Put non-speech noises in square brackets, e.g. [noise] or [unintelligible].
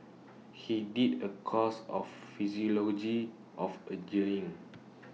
he did A course of [unintelligible] of ageing